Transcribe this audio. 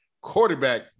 quarterback